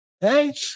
hey